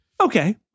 Okay